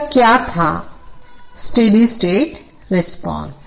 यह क्या था स्टेडी स्टेट रिस्पांस